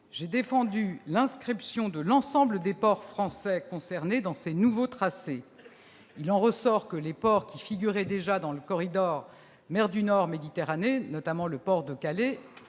J'ai défendu l'inscription de l'ensemble des ports français concernés dans ces nouveaux tracés. Il en ressort que les ports qui figuraient déjà dans le corridor mer du Nord-Méditerranée, notamment le port de Calais,